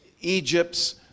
Egypt's